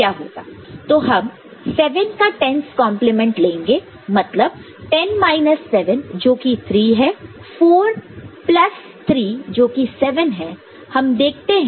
तो हम 7 का 10's कंप्लीमेंट 10's complement लेंगे मतलब 10 माइनस 7 जोकि 3 है 4 प्लस 3 जोकि 7 है